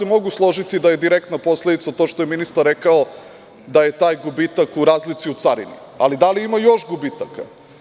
Mogu se složiti da je direktna posledica to što je ministar rekao da je taj gubitak u razlici u carini, ali da li ima još gubitaka?